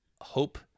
hope